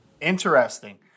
Interesting